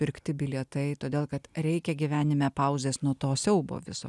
pirkti bilietai todėl kad reikia gyvenime pauzės nuo to siaubo viso